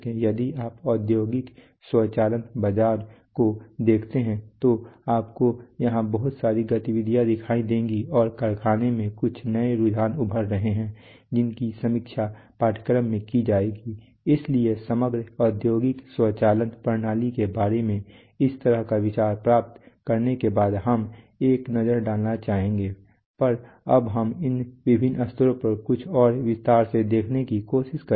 यदि आप औद्योगिक स्वचालन बाजार को देखते हैं तो आपको यहां बहुत सारी गतिविधियां दिखाई देंगी और कारखानों में कुछ नए रुझान उभर रहे हैं जिनकी समीक्षा पाठ्यक्रम में की जाएगी इसलिए समग्र औद्योगिक स्वचालन प्रणाली के बारे में इस तरह का विचार प्राप्त करने के बाद हम एक नज़र डालना चाहेंगे पर अब हम इन विभिन्न स्तरों पर कुछ और विस्तार से देखने की कोशिश करेंगे